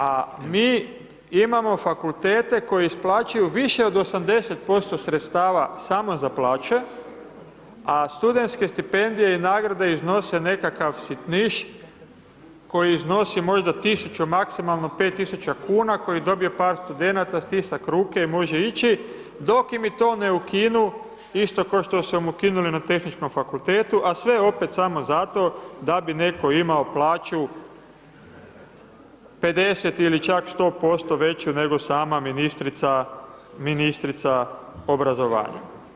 A mi imamo fakultete koji isplaćuju više od 80% sredstava samo za plaće a studenske stipendije i nagrade iznose nekakav sitniš koji iznosi možda 1000 maksimalno 5000 kuna koji dobije par studenata, stisak ruke i može ići, dok im i to ne ukinu isto kao što su im ukinuli i na Tehničkom fakultetu a sve opet samo zato da bi se neko imao plaću 50 ili čak 100% veću nego sama ministrica obrazovanja.